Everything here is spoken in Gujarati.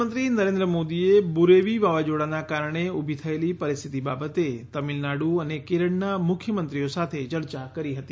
પ્રધાનમંત્રી નરેન્દ્ર મોદીએ બુરેવી વાવાઝોડાના કારણે ઊભી થયેલી પરિસ્થિતિ બાબતે તમિલનાડુ અને કેરળના મુખ્યમંત્રીઓ સાથે ચર્ચા કરી હતી